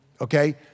Okay